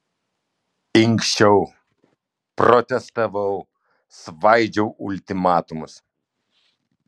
inkščiau protestavau svaidžiau ultimatumus